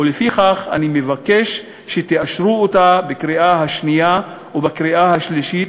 ולפיכך אני מבקש שתאשרו אותה בקריאה שנייה ובקריאה שלישית,